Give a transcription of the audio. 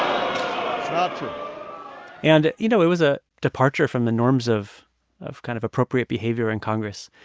um and, you know, it was a departure from the norms of of kind of appropriate behavior in congress.